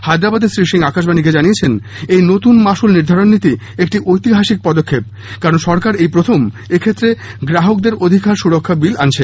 হায়দ্রাবাদে শ্রী সিং আকাশবাণীকে জানিয়েছেন এই নতুন মাশুল নির্ধারন নীতি একটি ঐতিহাসিক পদক্ষেপ কারণ সরকার এই প্রথম এক্ষেত্রে গ্রাহকদের অধিকার সুরক্ষা বিল আনছে